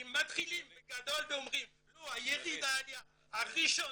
כי מתחילים בגדול ואומרים "ירידה עליה הראשון